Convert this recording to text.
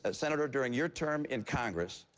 ah senator during your term in congress,